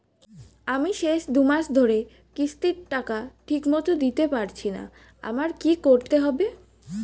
আমি শেষ দুমাস ধরে কিস্তির টাকা ঠিকমতো দিতে পারছিনা আমার কি করতে হবে?